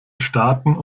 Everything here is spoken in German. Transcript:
staaten